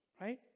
right